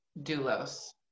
Dulos